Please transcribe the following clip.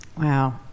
Wow